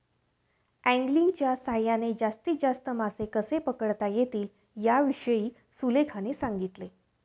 अँगलिंगच्या सहाय्याने जास्तीत जास्त मासे कसे पकडता येतील याविषयी सुलेखाने सांगितले